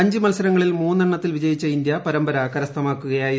അഞ്ച് മത്സരങ്ങളിൽ മൂന്ന് എണ്ണത്തിൽ വിജയിച്ച ഇന്ത്യ പരമ്പര കരസ്ഥമാക്കുകയായിരുന്നു